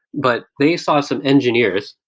but they saw some engineers,